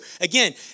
again